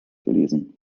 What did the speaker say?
gelesen